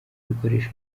ibikoresho